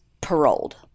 paroled